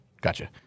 Gotcha